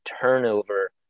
turnover